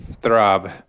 throb